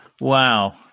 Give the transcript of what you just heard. Wow